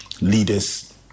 leaders